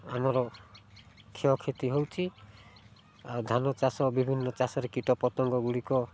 ଆମର କ୍ଷୟକ୍ଷତି ହେଉଛି ଆଉ ଧାନ ଚାଷ ବିଭିନ୍ନ ଚାଷରେ କୀଟପତଙ୍ଗଗୁଡ଼ିକ